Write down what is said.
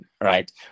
Right